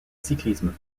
cyclisme